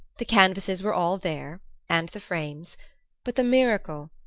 the canvases were all there and the frames but the miracle,